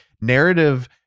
narrative